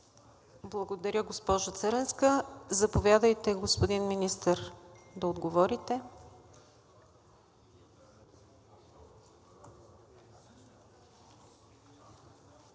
Благодаря, госпожо Църенска. Заповядайте, господин Министър, да отговорите.